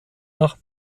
nach